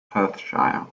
perthshire